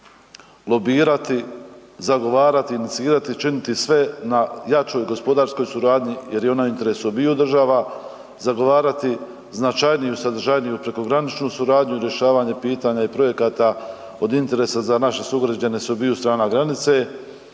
lobirati, zagovarati, inicirati i učiniti sve na jačoj gospodarskoj suradnji jer je ona u interesu obiju država, zagovarati značajniju, sadržajniju prekograničnu suradnju i rješavanje pitanja i projekata od interesa za naše sugrađane sa obiju strana granice,